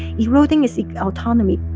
eroding its autonomy.